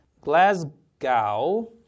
Glasgow